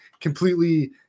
completely